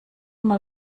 mal